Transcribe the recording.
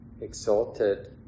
exalted